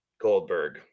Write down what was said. Goldberg